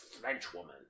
Frenchwoman